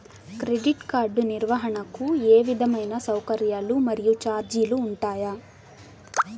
Credit card నిర్వహణకు ఏ విధమైన సౌకర్యాలు మరియు చార్జీలు ఉంటాయా?